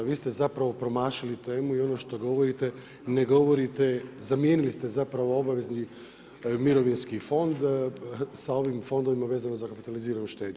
Vi ste zapravo promašili temu, i ono što govorite ne govorite, zamijenili ste zapravo obavezni mirovinski fond sa ovim fondovima vezano sa kapitaliziranu štednju.